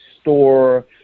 store